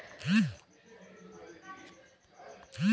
ఆవులకు, మరియు కోళ్లకు వేసే వ్యాక్సిన్ మాకు సబ్సిడి గా వస్తుందా?